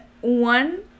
one